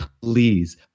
Please